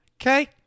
okay